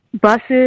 buses